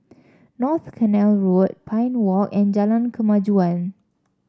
North Canal Road Pine Walk and Jalan Kemajuan